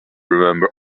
remember